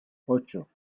ocho